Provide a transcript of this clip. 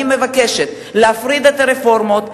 אני מבקשת להפריד את הרפורמות,